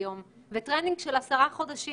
הטרנינג גובה מחיר